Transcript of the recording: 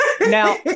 Now